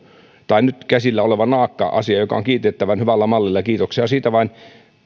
tai nyt käsillä oleva naakka asia joka on kiitettävän hyvällä mallilla kiitoksia vain